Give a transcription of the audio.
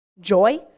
joy